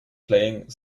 playing